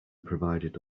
provided